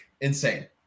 insane